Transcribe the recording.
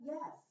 Yes